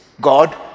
God